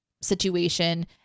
situation